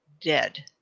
dead